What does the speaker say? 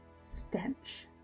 stench